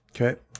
Okay